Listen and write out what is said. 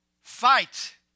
fight